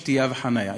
שתייה וחניה.